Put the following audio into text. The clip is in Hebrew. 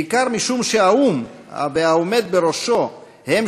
בעיקר משום שהאו"ם והעומד בראשו הם